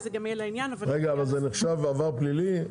רגע, זה נחשב עבר פלילי?